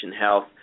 health